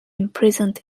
imprisoned